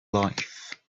life